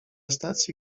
stacji